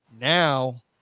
now